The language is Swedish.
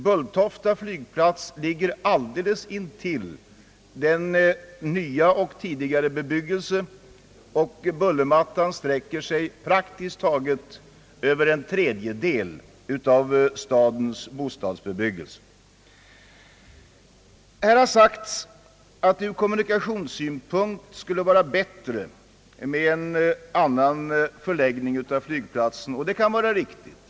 Bulltofta flygplats ligger alldeles intill den nya och tidigare bebyggelsen, och bullermattan sträcker sig praktiskt taget över en tredjedel av stadens bostadsbebyggelse. Här har vidare sagts att från kommunikationssynpunkt skulle det vara bättre med en annan förläggning av flygplatsen. Det kan vara riktigt.